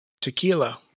tequila